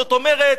זאת אומרת: